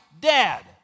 Dad